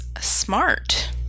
smart